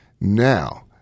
Now